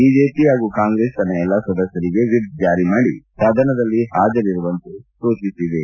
BJP ಹಾಗೂ Congress ತನ್ನ ಎಲ್ಲಾ ಸದಸ್ವರಿಗೆ ವಿಪ್ ಜಾರಿ ಮಾಡಿ ಸದನದಲ್ಲಿ ಹಾಜರಿರುವಂತೆ ಸೂಚಿಸಿವೆ